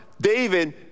David